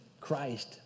Christ